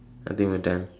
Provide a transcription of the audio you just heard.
I think we are done